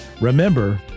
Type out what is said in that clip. remember